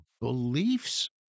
beliefs